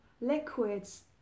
liquids